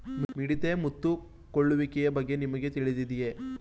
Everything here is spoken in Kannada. ಮಿಡತೆ ಮುತ್ತಿಕೊಳ್ಳುವಿಕೆಯ ಬಗ್ಗೆ ನಿಮಗೆ ತಿಳಿದಿದೆಯೇ?